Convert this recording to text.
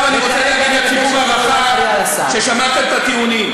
עכשיו אני רוצה להבהיר לציבור הרחב ששמע את הטיעונים.